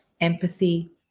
empathy